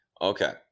okay